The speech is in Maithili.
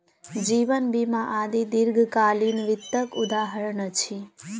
जीवन बीमा आदि दीर्घकालीन वित्तक उदहारण अछि